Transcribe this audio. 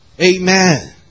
Amen